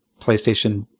PlayStation